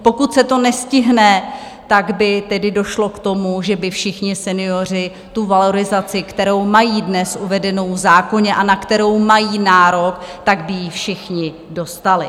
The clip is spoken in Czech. Pokud se to nestihne, tak by tedy došlo k tomu, že by všichni senioři tu valorizaci, kterou mají dnes uvedenou zákonně a na kterou mají nárok, tak by ji všichni dostali.